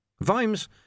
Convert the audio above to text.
Vimes